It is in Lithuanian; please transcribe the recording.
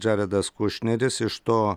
džaredas kušneris iš to